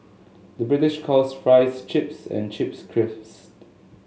the British calls fries chips and chips crisps